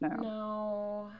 No